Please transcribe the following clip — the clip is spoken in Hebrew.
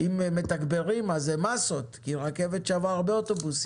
צריך לתגבר במסות, כי רכבת שווה הרבה אוטובוסים.